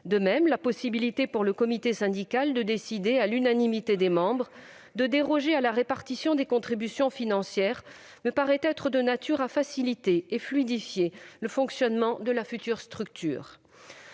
De même, la possibilité pour le comité syndical de décider, à l'unanimité de ses membres, de déroger à la répartition des contributions financières me paraît de nature à faciliter et à fluidifier le fonctionnement de la future structure.